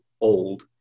old